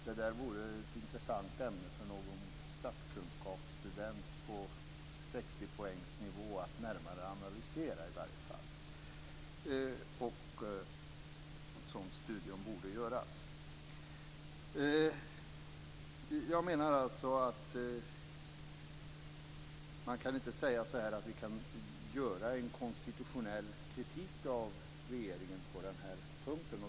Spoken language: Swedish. Det där vore ett intressant ämne för någon statskunskapsstudent på 60 poängsnivå att närmare analysera. Ett sådant studium borde göras. Jag menar att vi inte kan avge en konstitutionell kritik av regeringen på den här punkten.